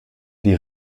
die